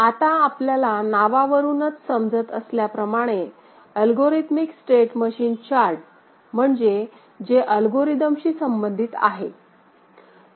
आता आपल्याला नावावरूनच समजत असल्याप्रमाणे अल्गोरिथमिक स्टेट मशीन चार्ट म्हणजे जे अल्गोरिदमशी संबंधित आहे